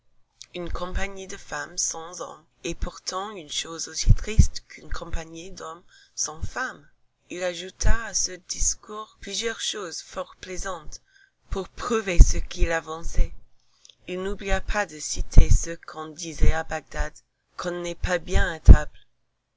une compagnie de femmes sans hommes est pourtant une chose aussi triste qu'une compagnie d'hommes sans femmes il ajouta à ce discours plusieurs choses fort plaisantes pour prouver ce qu'il avançait il n'oublia pas de citer ce qu'on disait à bagdad qu'on n'est pas bien à table